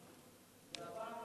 ותועבר גם